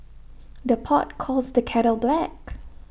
the pot calls the kettle black